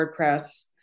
WordPress